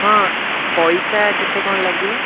ହଁ ପଇସା କେତେ କ'ଣ ଲାଗିବ